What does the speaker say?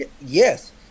Yes